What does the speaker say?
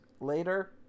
later